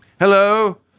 Hello